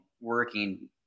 working